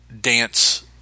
dance